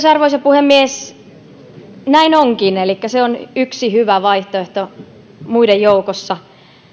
arvoisa puhemies näin onkin elikkä se on yksi hyvä vaihtoehto muiden joukossa